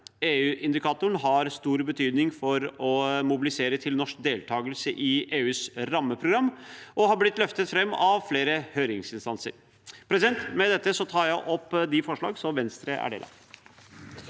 EU-indikatoren har stor betydning for å mobilisere til norsk deltakelse i EUs rammeprogram og har blitt løftet fram av flere høringsinstanser. Med dette tar jeg opp de forslag som Venstre er en del av.